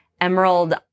Emerald